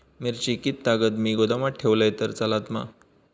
मिरची कीततागत मी गोदामात ठेवलंय तर चालात?